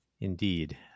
Indeed